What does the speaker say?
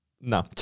No